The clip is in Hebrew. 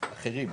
אחרים.